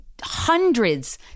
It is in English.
hundreds